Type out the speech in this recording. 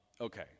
Okay